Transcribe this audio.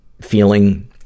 feeling